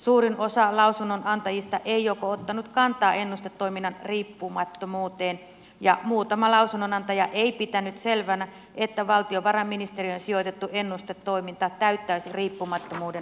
suurin osa lausunnonantajista ei ottanut kantaa ennustetoiminnan riippumattomuuteen ja muutama lausunnonantaja ei pitänyt selvänä että valtiovarainministeriöön sijoitettu ennustetoiminta täyttäisi riippumattomuuden vaatimukset